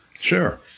sure